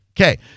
Okay